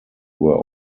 were